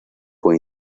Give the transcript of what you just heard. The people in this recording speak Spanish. fue